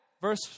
Verse